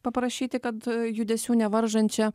paprašyti kad judesių nevaržančią